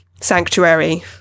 sanctuary